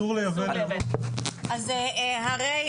הרי,